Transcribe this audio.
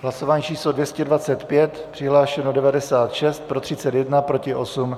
Hlasování číslo 225, přihlášeno 96, pro 31, proti 8.